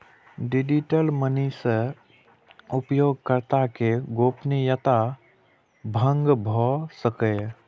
digital money सं उपयोगकर्ता के गोपनीयता भंग भए सकैए